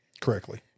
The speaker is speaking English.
correctly